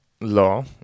law